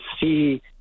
see